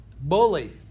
Bully